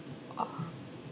orh